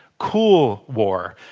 cool war.